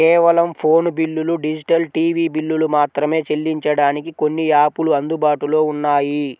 కేవలం ఫోను బిల్లులు, digital TV బిల్లులు మాత్రమే చెల్లించడానికి కొన్ని యాపులు అందుబాటులో ఉన్నాయి